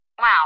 Wow